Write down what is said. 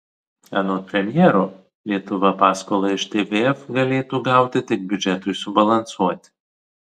anot premjero lietuva paskolą iš tvf galėtų gauti tik biudžetui subalansuoti